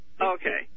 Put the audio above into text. Okay